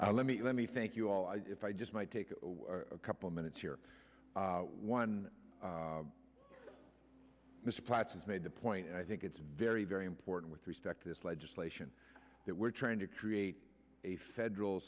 on let me let me thank you all if i just might take a couple minutes here one mr pipes has made the point i think it's very very important with respect to this legislation that we're trying to create a federal